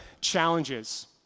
challenges